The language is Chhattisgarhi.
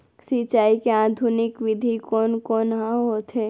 सिंचाई के आधुनिक विधि कोन कोन ह होथे?